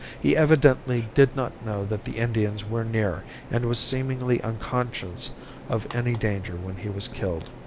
he evidently did not know that the indians were near and was seemingly unconscious of any danger when he was killed.